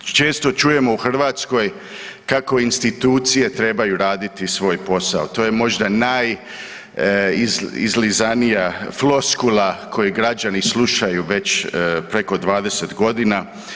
Često čujemo u Hrvatskoj kako institucije trebaju raditi svoj posao, to je možda najizlizanija floskula koju građani slušaju već preko 20 godina.